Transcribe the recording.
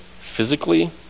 physically